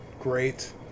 Great